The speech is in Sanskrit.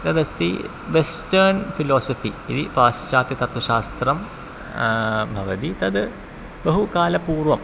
तदस्ति वेस्टर्न् फ़िलोसफ़ि इति पाश्चात्यतत्त्वशास्त्रं भवति तद् बहुकालपूर्वम्